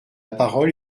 parole